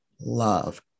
love